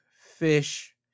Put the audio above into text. Fish